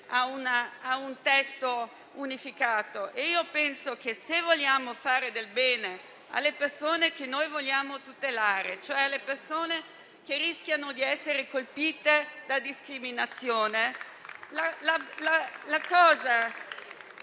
a un testo unificato. Penso che, se vogliamo fare del bene alle persone che vogliamo tutelare, cioè le persone che rischiano di essere colpite da discriminazione, dobbiamo